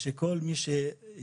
מכוון לתרומה מהמת: שכל מי שיכול,